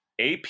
AP